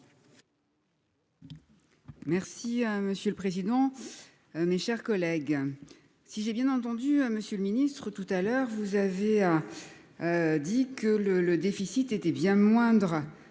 Merci monsieur le président. Hein, mes chers collègues. Si j'ai bien entendu hein. Monsieur le Ministre tout à l'heure vous avez a. Dit que le le déficit était bien moindre